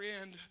end